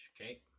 Okay